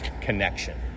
connection